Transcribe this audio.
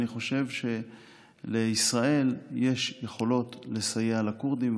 אני חושב שלישראל יש יכולות לסייע לכורדים,